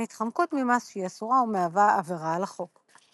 התחמקות ממס שהיא אסורה ומהווה עבירה על החוק.